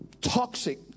toxic